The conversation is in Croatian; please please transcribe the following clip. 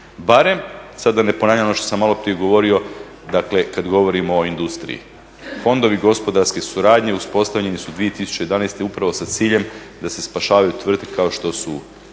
Barem, sad da ne ponavljam ono što sam maloprije govorio, dakle kad govorimo o industriji. Fondovi gospodarske suradnje uspostavljeni su 2011. upravo sa ciljem da se spašavaju tvrtke kao što su